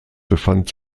befand